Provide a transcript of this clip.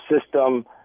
system